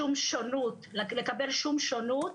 לקבל שום שונות